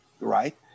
right